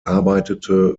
arbeitete